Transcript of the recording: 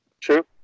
True